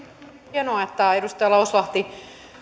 hienoa että edustaja lauslahti